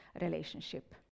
relationship